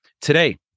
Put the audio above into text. today